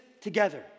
together